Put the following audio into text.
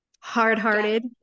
Hard-hearted